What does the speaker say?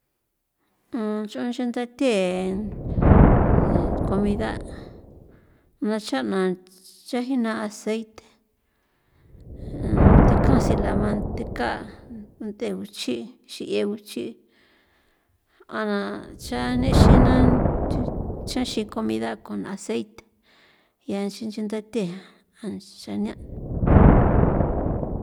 nch'on chundathe e comida nda cha'na cha jina aceite thikasila mantheka nte guchi xi'ie guchi a na cha nexinan thu chaxina comida con aceite ya nchi nchi ndathe jan jan xania'.